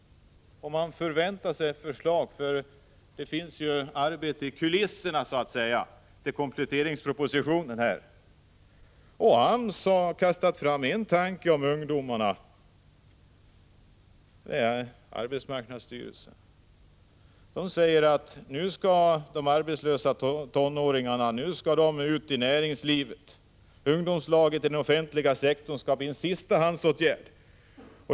Nu förväntar man sig förslag, för det pågår arbete i kulisserna, i samband med kompletteringspropositionen. AMS har kastat fram en tanke om ungdomarna. Man säger från AMS att de arbetslösa tonåringarna nu skall ut i näringslivet — ungdomslag inom den offentliga sektorn skall bli en sistahandsåtgärd.